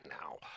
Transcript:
now